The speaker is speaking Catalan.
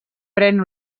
pren